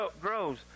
grows